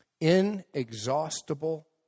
inexhaustible